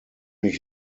ich